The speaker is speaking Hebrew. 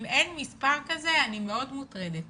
אם אין מספר כזה אני מאוד מוטרדת.